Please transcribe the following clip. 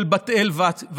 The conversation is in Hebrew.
של בת אל ויצמן,